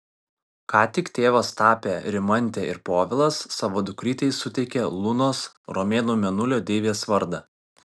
ką tik tėvas tapę rimantė ir povilas savo dukrytei suteikė lunos romėnų mėnulio deivės vardą